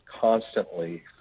constantly